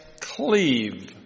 cleave